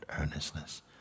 earnestness